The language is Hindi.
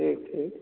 अच्छा